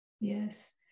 Yes